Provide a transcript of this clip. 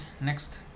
next